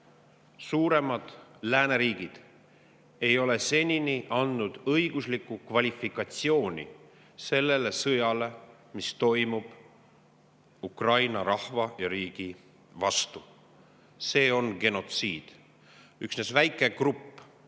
suuremad lääneriigid ei ole senini andnud õiguslikku kvalifikatsiooni sellele sõjale, mis toimub Ukraina rahva ja riigi vastu. See on genotsiid. Kuid üksnes väike grupp